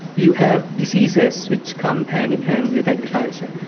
you have diseases which come hand in hand with agriculture.